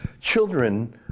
children